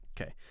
Okay